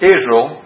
Israel